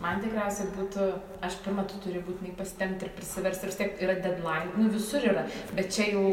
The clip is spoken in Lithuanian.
man tikriausia būtų aš pirma tu turi būtinai pasitempti ir prisiversti vis tiek yra dedlain nu visur yra bet čia jau